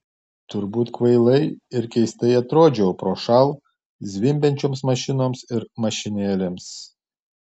turbūt kvailai ir keistai atrodžiau prošal zvimbiančioms mašinoms ir mašinėlėms